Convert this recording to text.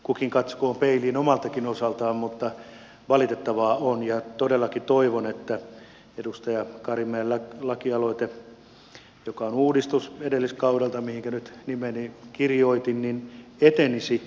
kukin katsokoon peiliin omaltakin osaltaan mutta valitettavaa on ja todellakin toivon että edustaja karimäen lakialoite joka on uudistus edelliskaudelta mihinkä nyt nimeni kirjoitin etenisi